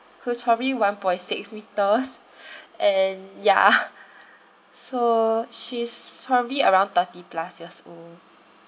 who's probably one point six metres and ya so she's probably around thirty plus years old